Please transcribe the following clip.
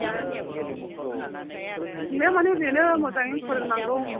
दे बुंनाया माने बेनो मोजाङै फोरोंनांगौ